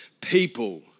people